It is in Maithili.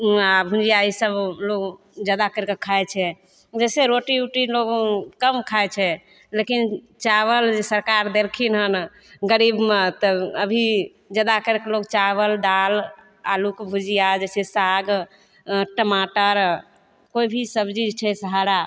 आ भुजिआ ईसब लोग जादा करिके खाइत छै जैसे रोटी ओटी लोग कम खाइत छै लेकिन चाबल जे सरकार देलखिन हन गरीबमे तऽ अभी जादा करके लोग चाबल दालि आलूके भुजिआ जैसे साग टमाटर कोइ भी सबजी जे छै हरा